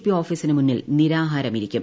P ഓഫീസിനു മുന്നിൽ നിരാഹാരമിരിക്കും